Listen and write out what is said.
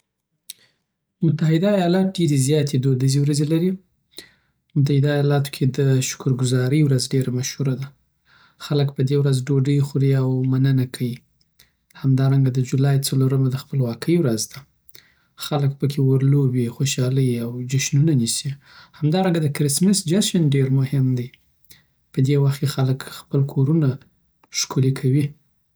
متحده ایالات ډیر زیاتی دودیزی ورځی لری متحده ایالاتو کې د شکرګزارۍ ورځ ډېره مشهوره ده. خلک په دې ورځ ډوډۍ خورې او مننه کوي. همدارنګه، د جولای څلورمه د خپلواکۍ ورځ ده. خلک پکې اور لوبی، خوشحالی او جشنونه نیسي. همدارنګه، د کرسمس جشن ډېر مهم دی. په دې وخت کې خلک خپل کورونه ښکلي کوي.